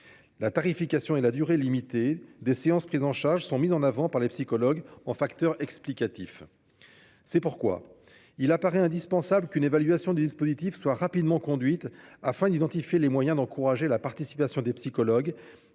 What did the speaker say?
La tarification et la durée, limitées, des séances prises en charge sont mises en avant par les psychologues comme des facteurs explicatifs. C'est pourquoi il apparaît indispensable qu'une évaluation du dispositif soit rapidement conduite, afin d'identifier les moyens d'encourager la participation des psychologues